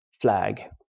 flag